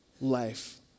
life